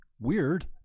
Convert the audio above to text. Weird